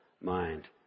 mind